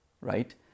right